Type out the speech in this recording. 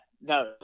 No